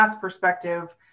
perspective